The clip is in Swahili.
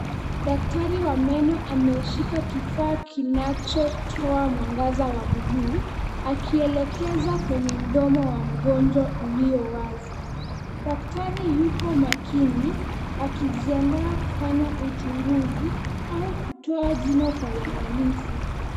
Daktari wa meno ameshika kifaa kinachotoa mwangaza wa buluu, akielekeza kwenye mdomo wa mgonjwa ulio wazi. Daktari yuko makini, akijiandaa kufanya uchunguzi au kutoa jino kwa uangalifu.